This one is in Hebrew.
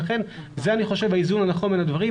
ולכן אני חושב שזה האיזון הנכון בין הדברים,